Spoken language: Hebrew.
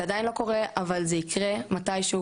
זה עדיין לא קורה אבל זה יקרה מתישהו.